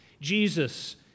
Jesus